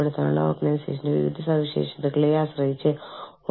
പിന്നെ അയാളെ എന്തുകൊണ്ടോ പിരിച്ചുവിട്ടു അല്ലെങ്കിൽ ബാക്ക് ബെഞ്ചിൽ ഇട്ടു